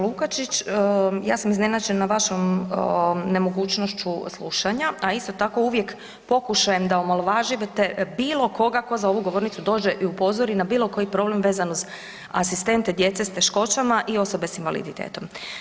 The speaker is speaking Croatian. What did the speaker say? Lukačić, ja sam iznenađena vašom nemogućnošću slušanja, a isto tako uvijek pokušajem da omalovažite bilo koga ko za ovu govornicu dođe i upozori na bilo koji problem vezan uz asistente djece s teškoćama i osobe s invaliditetom.